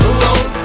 alone